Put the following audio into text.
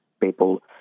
people